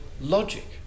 logic